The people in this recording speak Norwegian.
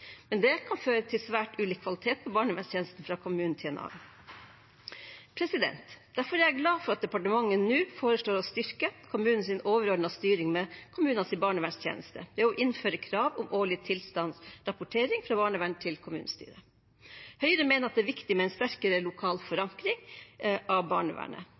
men det kan føre til svært ulik kvalitet på barnevernstjenesten fra en kommune til en annen. Derfor er jeg glad for at departementet nå foreslår å styrke kommunens overordnede styring med kommunenes barnevernstjeneste ved å innføre krav om årlig tilstandsrapportering fra barnevernet til kommunestyret. Høyre mener at det er viktig med en sterkere lokal forankring av barnevernet,